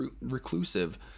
reclusive